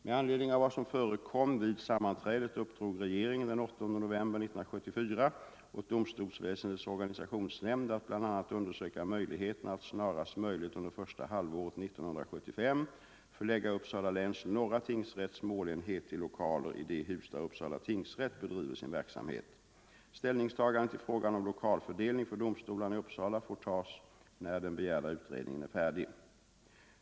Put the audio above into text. Med anledning av vad som förekom vid sammanträdet uppdrog regeringen den 8 november 1974 åt domstolsväsendets organisationsnämnd att bl.a. undersöka möjligheterna att snarast möjligt under första halvåret 1975 förlägga Uppsala läns norra tingsrätts målenhet till lokaler i det hus där Uppsala tingsrätt bedriver sin verksamhet. Ställningstagande till frågan om 1okalfördelning för domstolarna i Uppsala får göras när den begärda utredningen är färdig.